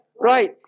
right